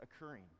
occurring